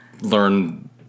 learn